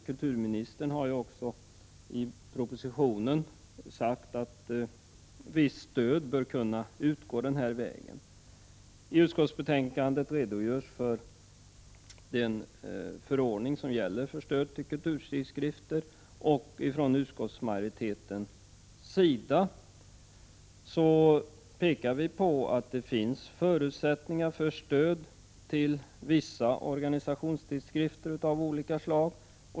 Kulturministern har ju också i propositionen uttalat att visst stöd skall kunna utgå den vägen. I utskottsbetänkandet redogörs för den förordning som gäller för stöd till kulturtidskrifter. Utskottsmajoriteten visar på att det finns förutsättningar för stöd till vissa organisationstidskrifter av olika slag.